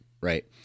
right